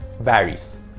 varies